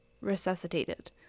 resuscitated